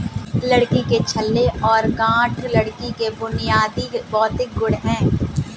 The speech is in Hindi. लकड़ी के छल्ले और गांठ लकड़ी के बुनियादी भौतिक गुण हैं